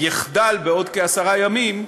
יחדל בעוד כעשרה ימים,